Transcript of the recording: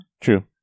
True